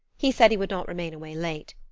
he said he would not remain away late.